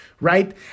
right